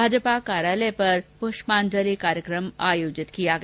भाजपा कार्यालय पर प्रष्पांजलि कार्यक्रम आयोजित किया गया